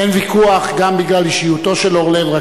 אין ויכוח, גם בגלל אישיותו של אורלב.